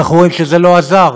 ואנחנו רואים שזה לא עזר,